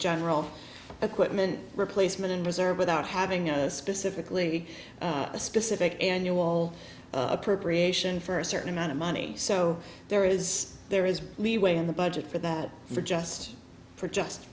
general equipment replacement and reserve without having a specifically a specific annual appropriation for a certain amount of money so there is there is leeway in the budget for that for just for just